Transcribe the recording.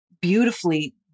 beautifully